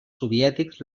soviètics